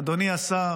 אדוני השר,